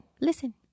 listen